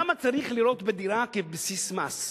למה צריך לראות בדירה כבסיס מס?